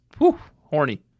horny